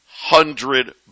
hundred